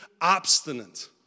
obstinate